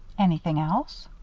anything else?